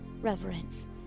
reverence